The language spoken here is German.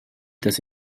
dass